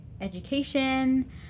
education